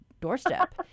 doorstep